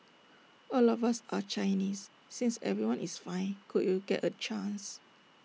all of us are Chinese since everyone is fine could you get A chance